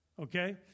Okay